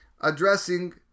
addressing